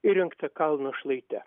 įrengtą kalno šlaite